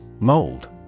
Mold